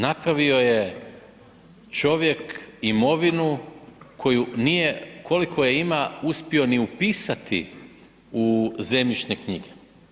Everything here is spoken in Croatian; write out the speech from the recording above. Napravio je čovjek imovinu koju nije, koliko je ima, uspio ni upisati u zemljišne knjige.